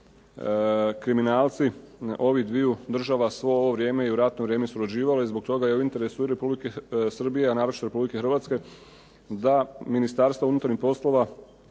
kriminalci ovih dviju država svo ovo vrijeme i u ratno vrijeme surađivali. I zbog toga je u interesu i Republike Srbije, a naročito Republike Hrvatske da Ministarstvo unutarnjih poslova